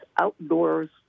outdoors